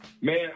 man